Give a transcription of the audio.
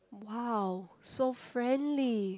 !wow! so friendly